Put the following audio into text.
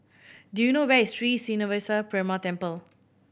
do you know where is Sri Srinivasa Perumal Temple